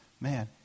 man